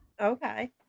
Okay